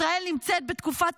ישראל נמצאת בתקופה תנ"כית.